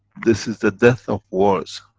this is the death of wars.